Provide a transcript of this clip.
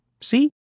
See